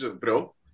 bro